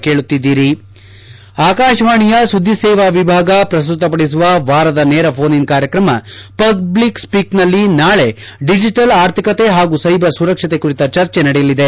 ದೇಕ್ ಆಕಾಶವಾಣಿಯ ಸುದ್ದಿ ಸೇವಾ ವಿಭಾಗ ಪ್ರಸ್ತುತಪಡಿಸುವ ವಾರದ ನೇರ ಫೋನ್ ಇನ್ ಕಾರ್ಯಕ್ರಮ ಪಬ್ಲಿಕ್ ಸ್ಪೀಕ್ ನಲ್ಲಿ ನಾಳೆ ಡಿಜಿಟಲ್ ಆರ್ಥಿಕತೆ ಹಾಗೂ ಸೈಬರ್ ಸುರಕ್ಷತೆ ಕುರಿತ ಚರ್ಚೆ ನಡೆಯಲಿದೆ